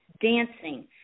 Dancing